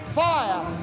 fire